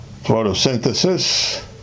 photosynthesis